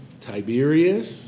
Tiberius